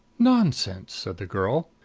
nonsense! said the girl.